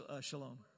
Shalom